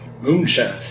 moonshine